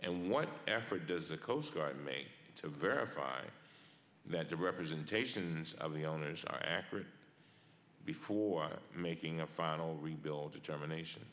and what effort does the coast guard make to verify that the representations of the owners are accurate before making a final rebuild determination